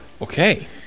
Okay